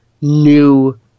new